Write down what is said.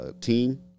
team